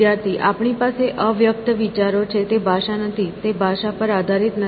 વિદ્યાર્થી આપણી પાસે અવ્યક્ત વિચારો છે તે ભાષા નથી તે ભાષા પર આધારિત નથી